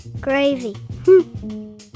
Gravy